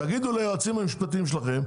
תגידו ליועצים המשפטיים שלכם,